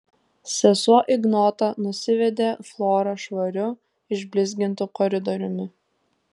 sesuo ignota nusivedė florą švariu išblizgintu koridoriumi